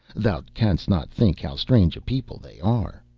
thou canst not think how strange a people they are.